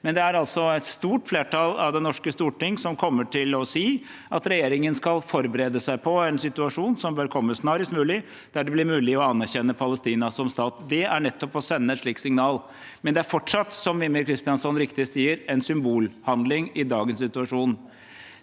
Men det er et stort flertall i det norske storting som kommer til å si at regjeringen skal forberede seg på en situasjon – som bør komme snarest mulig – der det blir mulig å anerkjenne Palestina som stat. Det er nettopp å sende et slikt signal. Men det er fortsatt, som Mímir Kristjánsson riktig sier, en symbolhandling i dagens situasjon.